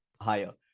higher